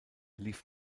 lief